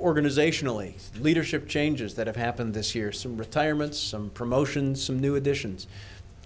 organizationally leadership changes that have happened this year some retirements some promotions some new additions